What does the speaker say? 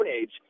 Age